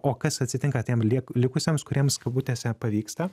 o kas atsitinka tiem lie likusiems kuriems kabutėse pavyksta